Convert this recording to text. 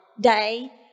day